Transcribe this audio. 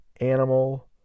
animal